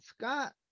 Scott